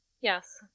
Yes